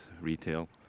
retail